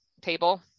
table